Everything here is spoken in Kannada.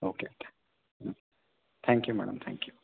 ಓಕೆ ಓಕೆ ಹ್ಞೂ thank you madam thank you